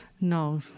No